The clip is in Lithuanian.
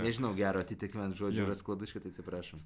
nežinau gero atitikmens žodžiui raskladuškė tai atsiprašom